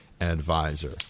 advisor